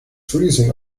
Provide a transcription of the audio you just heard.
freezing